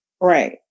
Right